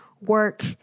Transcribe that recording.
work